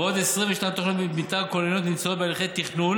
ועוד 22 תוכניות מתאר כוללניות נמצאות בהליכי תכנון.